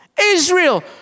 Israel